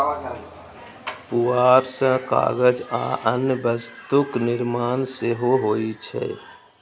पुआर सं कागज आ अन्य वस्तुक निर्माण सेहो होइ छै